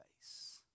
face